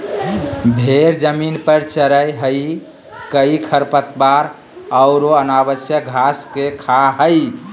भेड़ जमीन पर चरैय हइ कई खरपतवार औरो अनावश्यक घास के खा हइ